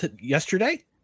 yesterday